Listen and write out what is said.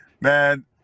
Man